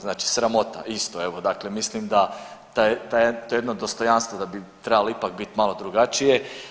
Znači sramota isto evo dakle mislim da taj, taj, to jedno dostojanstvo da bi trebali ipak bit malo drugačije.